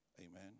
Amen